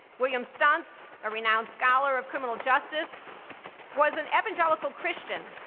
william stuntz, a renowned scholar of criminal justice was an evangelical christian,